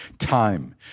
Time